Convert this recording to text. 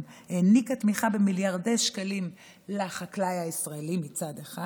העניקה תמיכה במיליארדי שקלים לחקלאי הישראלי מצד אחד,